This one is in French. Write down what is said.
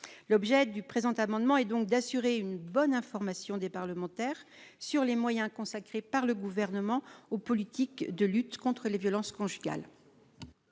L'objet du présent amendement est donc d'assurer une bonne information des parlementaires sur les moyens consacrés par le Gouvernement aux politiques de lutte contre les violences conjugales.